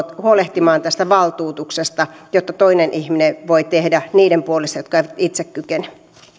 huolehtimaan tästä valtuutuksesta jotta toinen ihminen voi tehdä niiden puolesta jotka eivät itse kykene